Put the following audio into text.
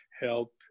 help